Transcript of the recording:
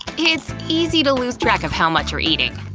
it's easy to lose track of how much you're eating.